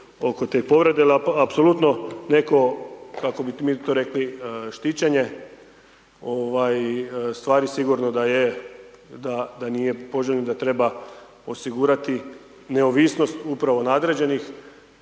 bi mi to rekli, štićenje stvari sigurno da nije poželjno da treba osigurati neovisnost upravo nadređenih